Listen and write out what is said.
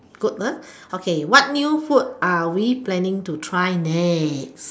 good ah okay what new food are we planning to try next